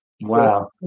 Wow